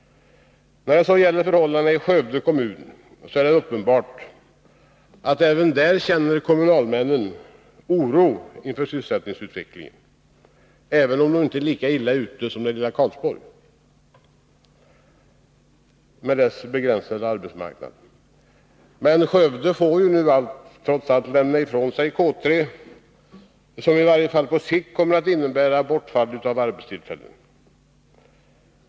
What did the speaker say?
När det gäller förhållandena i Skövde kommun är det uppenbart att kommunalmännen även där känner oro inför sysselsättningsutvecklingen, även om man inte är lika illa ute som det lilla Karlsborg med dess begränsade arbetsmarknad. Men Skövde får nu trots allt lämna ifrån sig K 3, något som i varje fall på sikt kommer att innebära bortfall av arbetstillfällen.